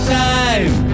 time